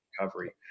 recovery